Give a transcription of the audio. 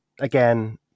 again